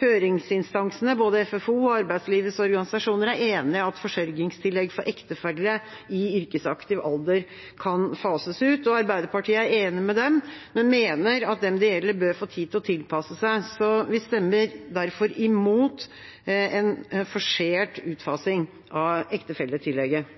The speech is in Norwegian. Høringsinstansene, både FFO og arbeidslivets organisasjoner, er enig i at forsørgingstillegg for ektefelle i yrkesaktiv alder kan fases ut. Arbeiderpartiet er enig med dem, men mener at de det gjelder, bør få tid til å tilpasse seg. Vi stemmer derfor imot en forsert utfasing av ektefelletillegget.